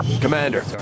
Commander